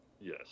Yes